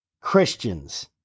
Christians